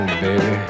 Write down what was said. baby